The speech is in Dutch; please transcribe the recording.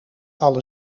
alle